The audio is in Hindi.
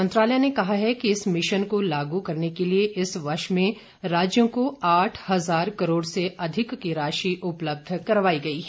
मंत्रालय ने कहा है कि इस मिशन को लागू करने के लिए चालू वर्ष में राज्यों को आठ हजार करोड़ से अधिक की राशि उपलब्ध करायी गयी है